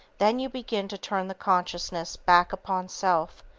then you begin to turn the consciousness back upon self,